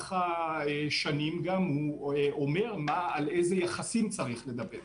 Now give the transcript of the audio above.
ובמהלך השנים הוא גם אומר על איזה יחסים צריך לדבר.